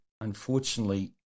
Unfortunately